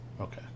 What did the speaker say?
okay